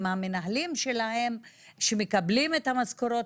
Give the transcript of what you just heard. עם המנהלים שלהם שמקבלים את המשכורות